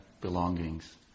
belongings